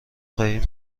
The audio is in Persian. خواهی